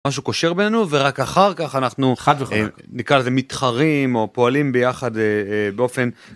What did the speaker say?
משהו קושר ביננו ורק אחר כך אנחנו, חד וחלק, נקרא לזה מתחרים או פועלים ביחד באופן...